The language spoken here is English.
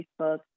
facebook